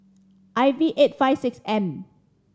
I V eight five six M